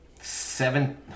seven